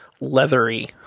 leathery